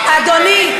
אדוני,